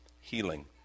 healing